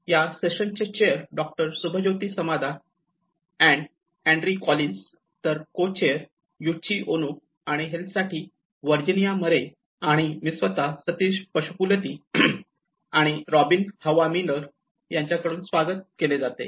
या सेशन चे chair doctor Shubhajyoti Samadar and Andrew Collins तर को चेअर युची ओनो आणि हेल्थ साठी वर्जीनिया मरे आणि मी स्वतः सतीश पासुपुलेती आणि रॉबिन हव्वा मिलर यांच्याकडून स्वागत केले जाते